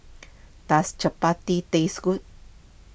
does Chappati taste good